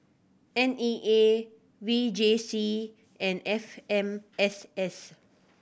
N E A V J C and F M S S